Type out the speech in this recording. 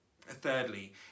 Thirdly